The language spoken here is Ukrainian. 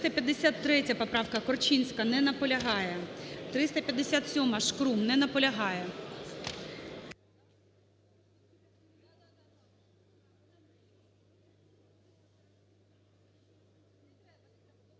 353 поправка, Корчинська. Не наполягає. 357-а, Шкрум. Не наполягає.